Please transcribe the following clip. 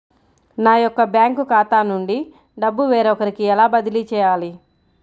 నా యొక్క బ్యాంకు ఖాతా నుండి డబ్బు వేరొకరికి ఎలా బదిలీ చేయాలి?